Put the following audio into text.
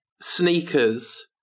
sneakers